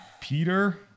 Peter